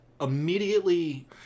immediately